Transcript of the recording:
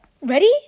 Ready